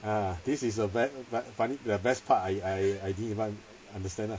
ah this is a be~ best funny part I I didn't even understand lah